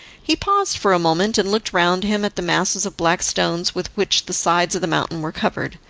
he paused for a moment and looked round him at the masses of black stones with which the sides of the mountain were covered,